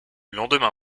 lendemain